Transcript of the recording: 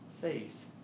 faith